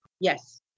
Yes